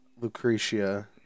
Lucretia